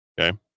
Okay